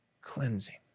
cleansing